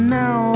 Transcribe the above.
now